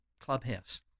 clubhouse